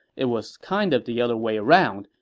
it was kind of the other way around,